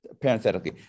parenthetically